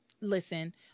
Listen